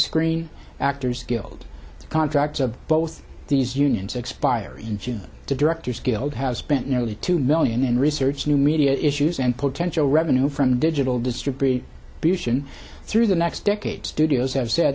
gree actors guild contracts of both these unions expires in june the directors guild has spent nearly two million in research new media issues and potential revenue from digital distribution beautician through the next decade studios have said